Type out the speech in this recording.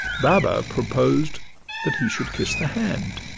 baba proposed that he should kiss the hand.